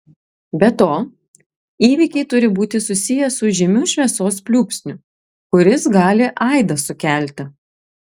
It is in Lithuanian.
be to įvykiai turi būti susiję su žymiu šviesos pliūpsniu kuris gali aidą sukelti